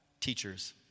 teachers